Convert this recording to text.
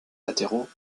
latéraux